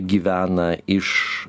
gyvena iš